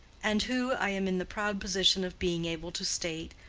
and who, i am in the proud position of being able to state,